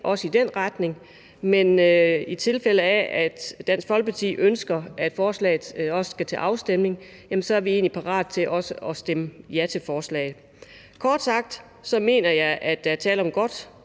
med i den retning, men i tilfælde af at Dansk Folkeparti ønsker, at forslaget skal til afstemning, er vi egentlig parat til at stemme ja til forslaget. Kort sagt mener jeg, at der er tale om et